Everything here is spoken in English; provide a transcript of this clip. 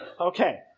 Okay